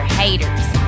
haters